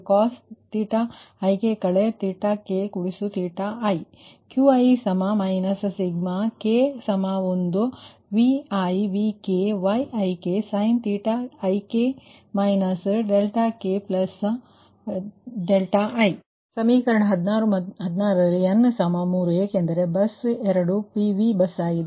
ಆದ್ದರಿಂದ ಹಾಗಾಗಿ ಸಮೀಕರಣ 16 ಮತ್ತು n 3 ಏಕೆಂದರೆ ಬಸ್ 2 ವು PV ಬಸ್ ಆಗಿದೆ